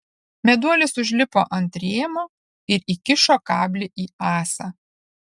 meduolis užlipo ant rėmo ir įkišo kablį į ąsą